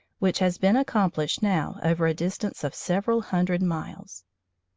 which has been accomplished now over a distance of several hundred miles.